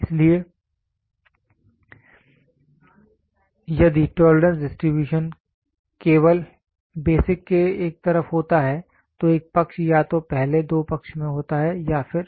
इसलिए यदि tolerance distribution केवल बेसिक के एक तरफ होता है तो एक पक्ष या तो पहले दो पक्ष में होता है या फिर